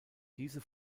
diese